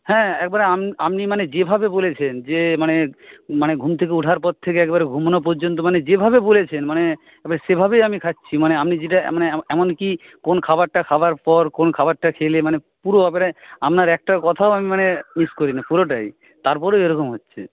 হ্যাঁ এরপরে আপ আপনি মানে যেভাবে বলেছেন যে মানে মানে ঘুম থেকে ওঠার পর থেকে একেবারে ঘুমানো পর্যন্ত মানে যেভাবে বলেছেন মানে সেভাবেই আমি খাচ্ছি মানে আপনি যেটা এমন কি কোন খাবারটা খাওয়ার পর কোন খাবারটা খেলে মানে পুরো একেবারে আপনার একটা কথাও আমি মানে মিস করি না পুরোটাই তারপরেও এরকম হচ্ছে